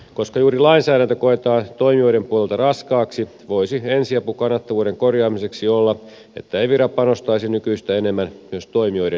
koska juuri lainsäädäntö koetaan toimijoiden puolelta raskaaksi voisi ensiapu kannattavuuden korjaamiseksi olla että evira panostaisi nykyistä enemmän myös toimijoiden neuvontaan